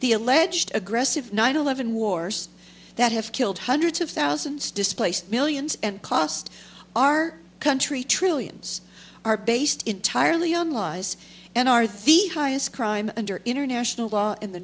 the alleged aggressive nine eleven wars that have killed hundreds of thousands displaced millions and cost our country trillions are based entirely on lies and are the highest crime under international law in the